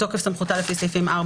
בתוקף סמכותה לפי סעיפים 4,